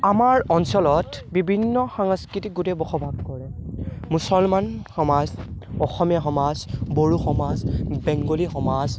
আমাৰ অঞ্চলত বিভিন্ন সাংস্কৃতিক গোটে বসবাস কৰে মুছলমান সমাজ অসমীয়া সমাজ বড়ো সমাজ বেংগলী সমাজ